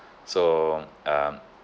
so um